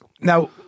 Now